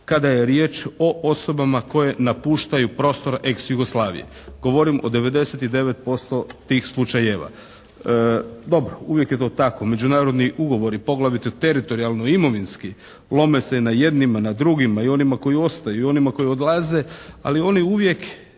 kada je riječ o osobama koje napuštaju prostor ex Jugoslavije. Govorim o 99% tih slučajeva. Dobro. Uvijek je to tako. Međunarodni ugovori poglavito teritorijalno imovinski lome se na jednima, na drugima i onima koji ostaju i onima koji odlaze ali oni uvijek